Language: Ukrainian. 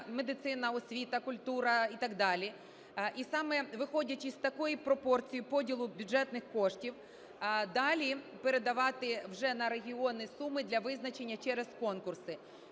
медицина, освіта, культура і так далі. І саме виходячи з такої пропорції поділу бюджетних коштів, далі передавати вже на регіони суми для визначення через конкурси.